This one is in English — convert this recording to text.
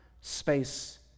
space